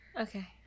Okay